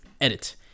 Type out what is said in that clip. Edit